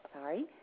Sorry